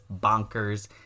bonkers